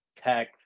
tech